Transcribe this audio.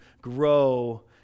grow